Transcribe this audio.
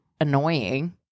annoying